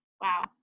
Wow